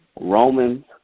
Romans